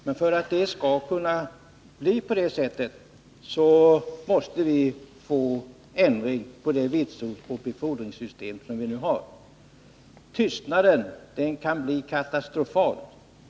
Men för att det skall kunna bli på det sättet måste vi få ändring på det vitsordsoch befordringssystem som vi nu har. Tystnaden kan bli katastrofal.